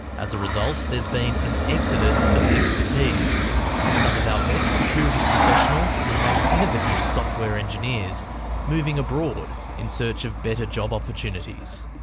as a result, there's been an exodus of expertise, with some of our best security professionals and most innovative software engineers moving abroad in search of better job opportunities.